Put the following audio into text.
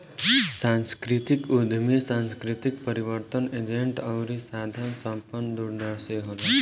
सांस्कृतिक उद्यमी सांस्कृतिक परिवर्तन एजेंट अउरी साधन संपन्न दूरदर्शी होला